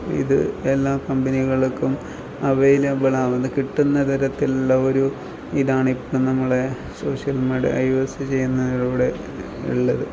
ഇത് എല്ലാ കമ്പനികൾക്കും അവൈലബളാവുന്ന കിട്ടുന്ന തരത്തിലുള്ള ഒരു ഇതാണ് ഇപ്പോൾ നമ്മൾ സോഷ്യൽ മീഡിയ യൂസ് ചെയ്യുന്നതിലൂടെ ഉള്ളത്